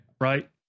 Right